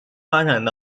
发展